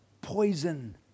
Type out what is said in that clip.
poison